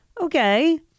Okay